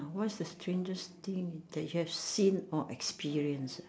what's the strangest thing that you've seen or experienced